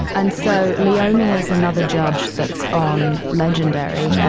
and and so leiomy is another judge that's on legendary.